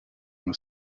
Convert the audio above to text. with